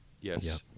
yes